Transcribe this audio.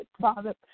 Father